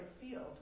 field